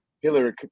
Hillary